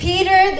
Peter